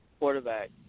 Quarterback